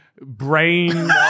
brain